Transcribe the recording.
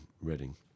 Reading